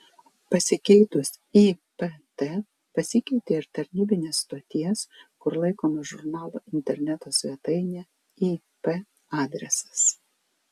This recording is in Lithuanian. pasikeitus ipt pasikeitė ir tarnybinės stoties kur laikoma žurnalo interneto svetainė ip adresas